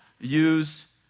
use